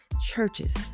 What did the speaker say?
churches